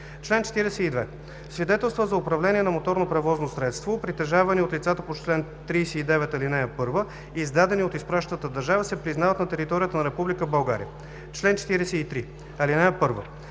Чл. 42. Свидетелствата за управление на моторно превозно средство, притежавани от лицата по чл. 39, ал. 1, издадени от изпращащата държава, се признават на територията на Република България. Чл. 43. (1)